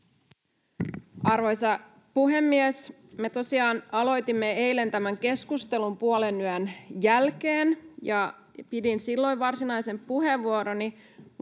Arvoisa puhemies! Me tosiaan aloitimme eilen tämän keskustelun puolenyön jälkeen, ja pidin silloin varsinaisen puheenvuoroni,